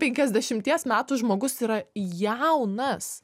penkiasdešimties metų žmogus yra jaunas